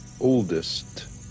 oldest